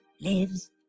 lives